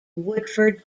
woodford